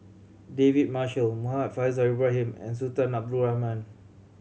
David Marshall Muhammad Faishal Ibrahim and Sultan Abdul Rahman